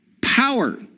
power